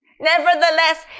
nevertheless